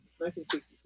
1962